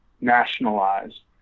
nationalized